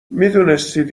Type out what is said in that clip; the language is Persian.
میدونستید